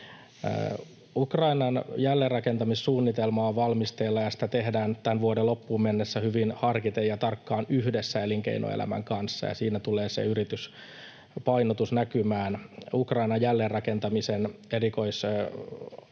Ukrainan jälleenrakentamissuunnitelma on valmisteilla, ja sitä tehdään tämän vuoden loppuun mennessä hyvin harkiten ja tarkkaan yhdessä elinkeinoelämän kanssa, ja siinä tulee se yrityspainotus näkymään. Ukrainan erikoisasiantuntija